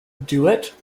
duet